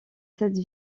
cette